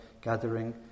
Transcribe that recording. gathering